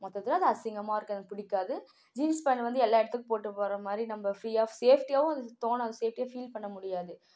மொத்தத்தில் அது அசிங்கமாக இருக்குது எனக்கு பிடிக்காது ஜீன்ஸ் பேண்டு வந்து எல்லா இடத்துக்கும் போட்டு போகிற மாதிரி நம்ம ஃப்ரீயாக சேஃப்டியாகவும் அது தோணாது சேஃப்டியாக ஃபீல் பண்ண முடியாது